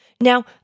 Now